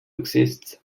exists